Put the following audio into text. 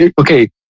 Okay